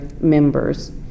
members